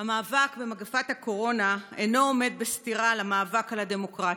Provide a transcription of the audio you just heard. המאבק במגפת הקורונה אינו עומד בסתירה למאבק על הדמוקרטיה.